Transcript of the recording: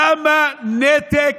כמה נתק